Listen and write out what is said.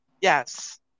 Yes